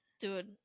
Dude